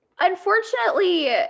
Unfortunately